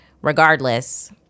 Regardless